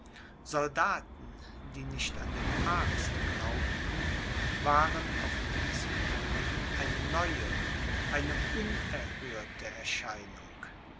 soldaten die nicht an den papst glaubten waren auf diesem boden eine neue eine unerhörte erscheinung